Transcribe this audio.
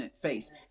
face